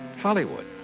Hollywood